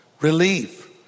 relief